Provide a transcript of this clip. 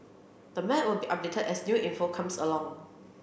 the map will be updated as new info comes along